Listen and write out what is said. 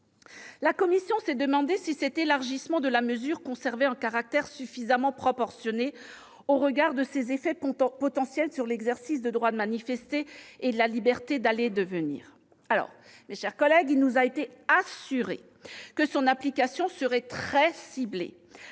La commission s'est demandée si, avec cet élargissement, la mesure conservait un caractère suffisamment proportionné, au regard de ses effets potentiels sur l'exercice du droit de manifester et de la liberté d'aller et venir. Mes chers collègues, il nous a été assuré que son application serait très ciblée.